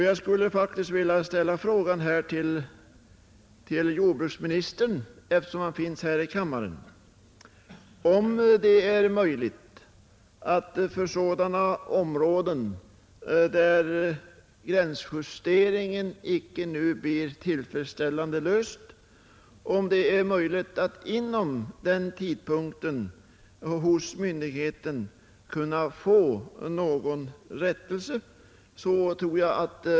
Jag vill ställa följande fråga till jordbruksministern, eftersom han finns här i kammaren: Är det möjligt i sådana områden där gränsjusteringen icke nu blir tillfredsställande att inom den tiden, dvs. tre år, hos myndigheten få en rättelse till stånd?